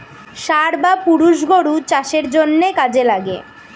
ষাঁড় বা পুরুষ গরু চাষের জন্যে কাজে লাগে